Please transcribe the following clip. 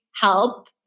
help